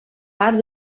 part